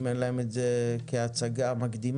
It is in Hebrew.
אם אין להם את זה כהצגה מקדימה,